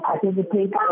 participate